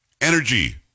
energy